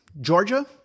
Georgia